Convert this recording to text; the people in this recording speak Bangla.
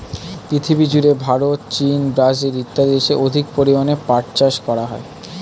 পৃথিবীজুড়ে ভারত, চীন, ব্রাজিল ইত্যাদি দেশে অধিক পরিমাণে পাট চাষ করা হয়